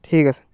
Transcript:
ঠিক আছে